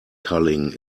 culling